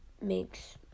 makes